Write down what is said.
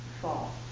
fall